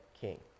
king